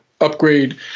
upgrade